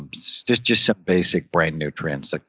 um so just just some basic brain nutrients